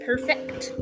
Perfect